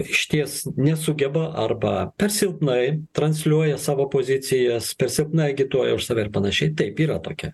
išties nesugeba arba per silpnai transliuoja savo pozicijas per silpnai agituoja už save ir panašiai taip yra tokia